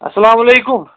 اَسَلامُ علیکُم